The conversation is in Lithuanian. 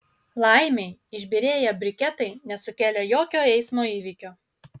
laimei išbyrėję briketai nesukėlė jokio eismo įvykio